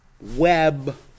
web